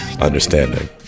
Understanding